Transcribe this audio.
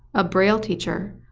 a braille teacher,